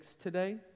today